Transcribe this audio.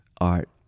art